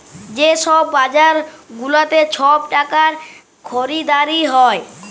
যে ছব বাজার গুলাতে ছব টাকার খরিদারি হ্যয়